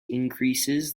increases